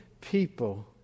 people